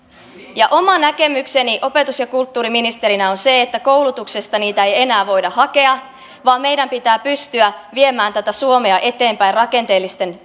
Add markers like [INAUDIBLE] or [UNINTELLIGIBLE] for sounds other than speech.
oma näkemykseni opetus ja kulttuuriministerinä on se että koulutuksesta niitä ei enää voida hakea vaan meidän pitää pystyä viemään suomea eteenpäin rakenteellisten [UNINTELLIGIBLE]